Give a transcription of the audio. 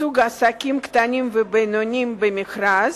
ייצוג עסקים קטנים ובינוניים במכרז)